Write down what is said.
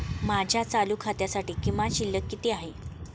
माझ्या चालू खात्यासाठी किमान शिल्लक किती आहे?